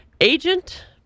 agent